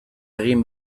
egin